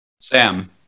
Sam